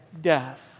Death